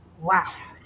Wow